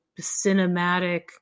cinematic